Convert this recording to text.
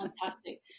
fantastic